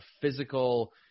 physical